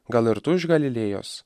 gal ir tu iš galilėjos